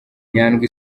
nyandwi